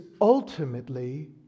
ultimately